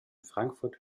frankfurt